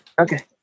Okay